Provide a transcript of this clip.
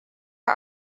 are